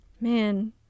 Man